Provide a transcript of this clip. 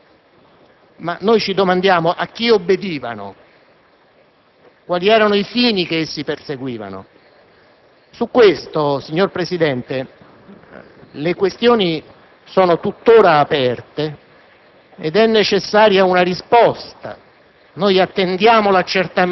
A dirla in breve, si era costituito, nella più grande azienda del Paese, un centro di potere occulto, dedito alla raccolta di informazioni, documenti e dati sensibili